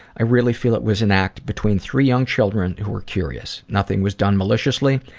i really feel it was an act between three young children who are curious. nothing was done maliciously,